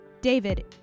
David